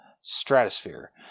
Stratosphere